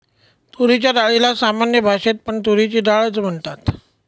तुरीच्या डाळीला सामान्य भाषेत पण तुरीची डाळ च म्हणतात